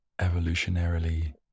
evolutionarily